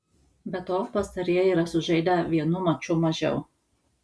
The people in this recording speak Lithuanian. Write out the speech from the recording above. be to pastarieji yra sužaidę vienu maču mažiau